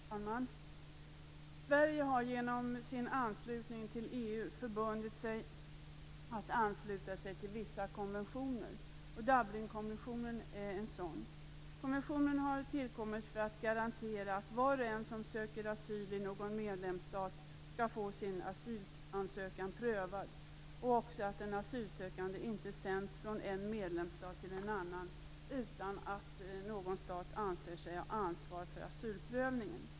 Fru talman! Sverige har genom sitt medlemskap i EU förbundit sig att ansluta sig till vissa konventioner. Dublinkonventionen är en sådan. Konventionen har tillkommit för att garantera att var och en som söker asyl i en medlemsstat skall få sin asylansökan prövad. En asylsökande skall inte sändas från en medlemsstat till en annan utan att någon stat anser sig ha ansvar för asylprövningen.